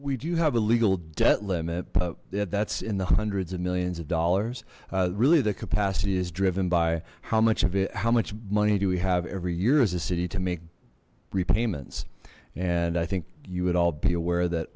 we do have a legal debt limit that's in the hundreds of millions of dollars really the capacity is driven by how much of it how much money do we have every year is the city to make repayments and i think you would all be aware that